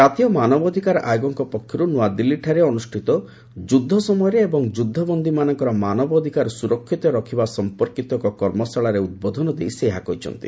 କାତୀୟ ମାନବାଧିକାର ଆୟୋଗଙ୍କ ପକ୍ଷରୁ ନୂଆଦିଲ୍ଲୀଠାରେ ଅନୁଷ୍ଠିତ ଯୁଦ୍ଧ ସମୟରେ ଏବଂ ଯୁଦ୍ଧବନ୍ଦୀମାନଙ୍କର ମାନବ ଅଧିକାର ସୁରକ୍ଷିତ ରଖିବା ସମ୍ପର୍କୀତ ଏକ କର୍ମଶାଳାରେ ଉଦ୍ବୋଧନ ଦେଇ ସେ ଏହା କହିଛନ୍ତି